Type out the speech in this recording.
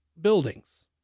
buildings